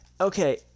Okay